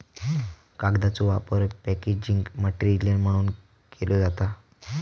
कागदाचो वापर packaging material म्हणूनव केलो जाता